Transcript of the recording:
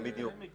(מוקרן שקף,